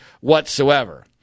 whatsoever